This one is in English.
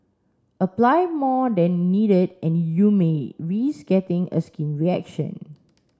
apply more than needed and you may risk getting a skin reaction